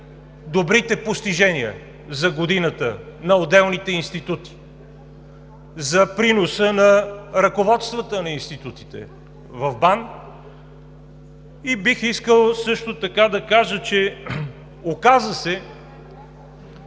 най-добрите постижения за годината на отделните институти, за приноса на ръководствата на институтите в БАН. Бих искал също така да кажа: оказа се,